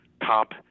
top